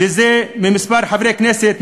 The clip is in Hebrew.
לזה מכמה חברי הכנסת,